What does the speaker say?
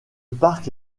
parc